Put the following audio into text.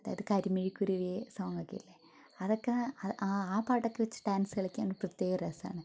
അതായത് കരി മിഴി കുരുവിയെ സോങ്ങ് ഒക്കെയില്ലേ അതൊക്ക അത് ആ ആ പാട്ടൊക്കെ വച്ച് ഡാൻസ് കളിക്കാൻ ഒരു പ്രത്യേക രസമാണ്